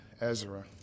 Ezra